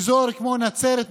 לאזור כמו נצרת,